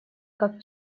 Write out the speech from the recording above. как